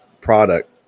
product